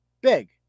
big